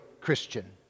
Christian